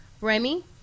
Remy